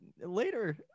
later